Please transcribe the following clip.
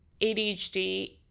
ADHD